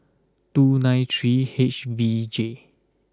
two nine three H V J